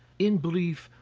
in brief,